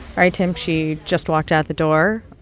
right, tim, she just walked out the door.